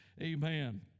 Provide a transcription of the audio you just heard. Amen